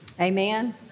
Amen